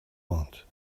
want